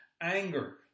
anger